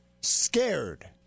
scared